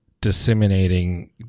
disseminating